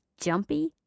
jumpy